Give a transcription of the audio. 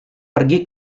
pergi